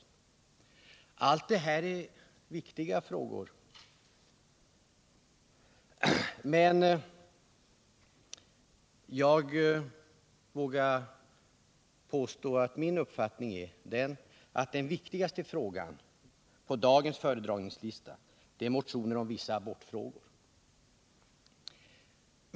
Alla dessa frågor är viktiga. Men jag vågar påstå att det viktigaste ärendet på dagens föredragningslista är betänkandet om vissa abortfrågor.